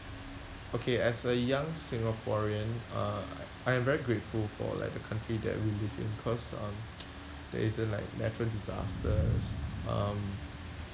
okay as a young singaporean uh I am very grateful for like the country that we live in cause um there isn't like natural disasters um